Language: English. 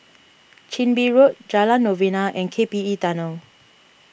Chin Bee Road Jalan Novena and K P E Tunnel